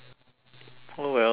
oh wells well